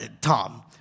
Tom